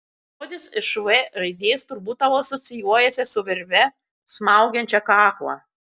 žodis iš v raidės turbūt tau asocijuojasi su virve smaugiančia kaklą